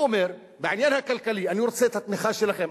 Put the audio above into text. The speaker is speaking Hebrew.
בעניין הכלכלי אני רוצה את התמיכה שלכם,